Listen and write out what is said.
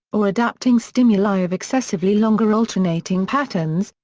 or adapting stimuli of excessively longer alternating patterns,